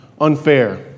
unfair